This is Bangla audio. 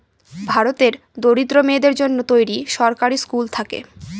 ভারতের দরিদ্র মেয়েদের জন্য তৈরী সরকারি স্কুল থাকে